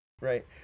right